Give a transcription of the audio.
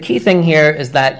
key thing here is that